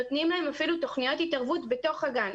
נותנים להם אפילו תוכניות התערבות בתוך הגן,